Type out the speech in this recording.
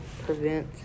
prevent